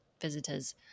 visitors